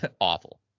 awful